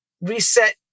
reset